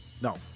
No